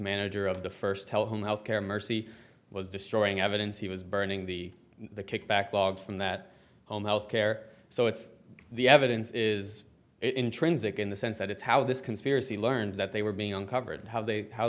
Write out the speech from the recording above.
manager of the first tell him health care mercy was destroying evidence he was burning the kickback logs from that home health care so it's the evidence is intrinsic in the sense that it's how this conspiracy learned that they were being uncovered and how they how